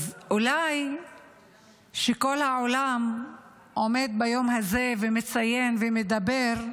אז אולי כשכל העולם עומד ביום הזה, מציין ומדבר,